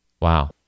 Wow